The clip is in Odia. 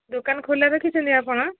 ଦୋକାନ ଖୋଲା ରଖିଛନ୍ତି ଆପଣ